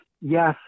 yes